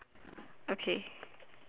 okay